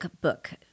Book